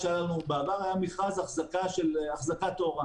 בעבר היה לנו מכרז אחזקת תאורה